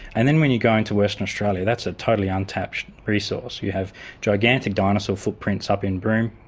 and then when you go into western australia, that's a totally untapped resource. you have gigantic dinosaur footprints up in broome,